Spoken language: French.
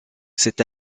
cet